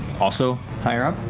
also higher up?